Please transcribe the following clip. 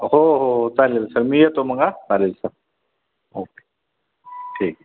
हो हो हो चालेल सर मी येतो मग चालेल सर ओके ठीक आहे